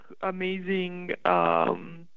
amazing